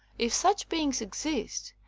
if such beings exist,